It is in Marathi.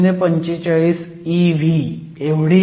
045 eV एवढी आहे